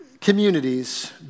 communities